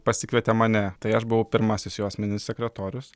pasikvietė mane tai aš buvau pirmasis jo asmeninis sekretorius